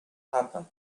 happen